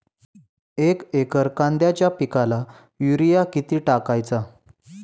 एक एकर कांद्याच्या पिकाला युरिया किती टाकायचा?